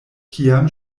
kiam